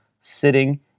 sitting